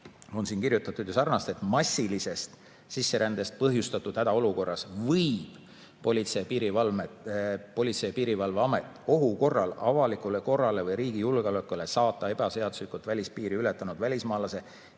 on siin kirjutatud ju niimoodi, et massilisest sisserändest põhjustatud hädaolukorras võib Politsei‑ ja Piirivalveamet ohu korral avalikule korrale või riigi julgeolekule saata ebaseaduslikult välispiiri ületanud välismaalase